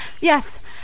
yes